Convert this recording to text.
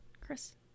Chris